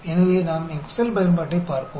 எனவே நாம் எக்செல் செயல்பாட்டைப் பார்ப்போம்